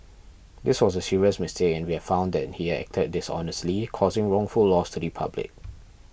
this was a serious mistake and we have found that he acted dishonestly causing wrongful loss to the public